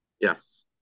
Yes